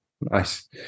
Nice